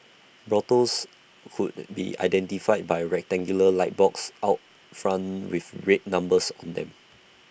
brothels could be identified by A rectangular light box out front with red numbers on them